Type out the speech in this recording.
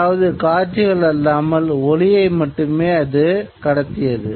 அதாவது காட்சிகள் அல்லாமல் ஒலியை மட்டுமே அது கடத்தியது